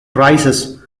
crises